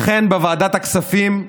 לכן, בוועדת הכספים,